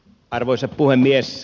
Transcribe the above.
arvoisa puhemies